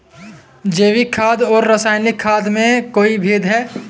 जैविक खाद और रासायनिक खाद में कोई भेद है?